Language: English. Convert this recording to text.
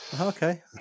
Okay